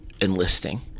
enlisting